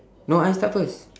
no I start first